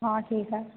हाँ ठीक है